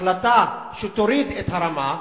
החלטה שתוריד את הרמה,